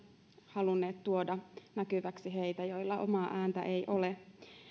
halunneet tuoda näkyväksi heitä joilla omaa ääntä ei ole